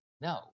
no